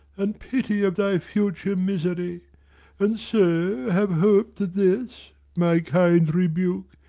and pity of thy future misery and so have hope that this my kind rebuke,